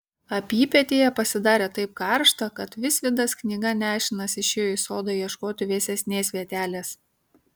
apypietėje pasidarė taip karšta kad visvydas knyga nešinas išėjo į sodą ieškoti vėsesnės vietelės